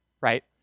right